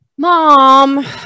Mom